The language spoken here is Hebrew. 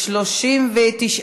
סעיפים 1 5 נתקבלו.